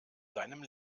seinem